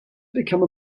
become